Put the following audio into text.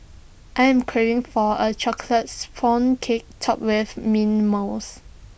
I am craving for A Chocolate Sponge Cake Topped with Mint Mousse